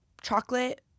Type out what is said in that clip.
chocolate